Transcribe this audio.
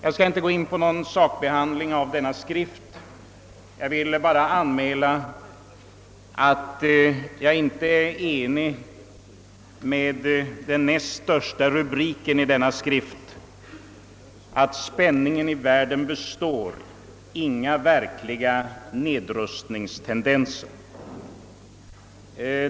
Jag skall inte gå in på någon sakbehandling av denna skrift utan vill bara anmäla att min uppfattning inte överensstämmer med vad som anföres i den näst största rubriken i densamma, där det heter: Spänningen i världen består — inga verkliga nedrustningstendenser.